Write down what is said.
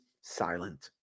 silent